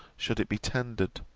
should it be tendered.